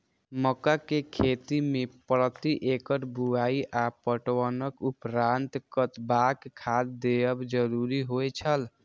मक्का के खेती में प्रति एकड़ बुआई आ पटवनक उपरांत कतबाक खाद देयब जरुरी होय छल?